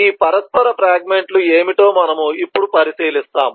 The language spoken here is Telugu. ఈ పరస్పర ఫ్రాగ్మెంట్ లు ఏమిటో మనము ఇప్పుడు పరిశీలిస్తాము